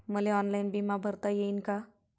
मले ऑनलाईन बिमा भरता येईन का?